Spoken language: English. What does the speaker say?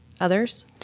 others